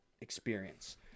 experience